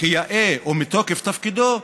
כיאה ומתוקף תפקידו,